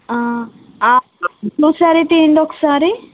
ఆ బ్లూ శారీ తీయండి ఒకసారి